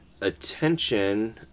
attention